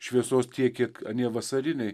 šviesos tiek kiek anie vasariniai